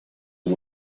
and